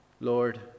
Lord